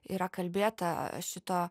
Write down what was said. yra kalbėta šito